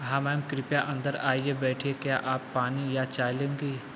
हाँ मैम कृपया अंदर आइए बैठिए क्या आप पानी या चाय लेंगी